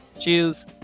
Cheers